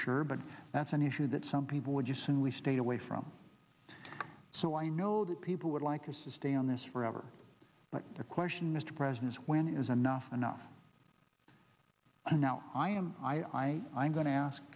sure but that's an issue that some people would use and we stayed away from so i know that people would like us to stay on this forever but the question mr president is when is enough enough and now i am i i am going to ask